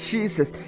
Jesus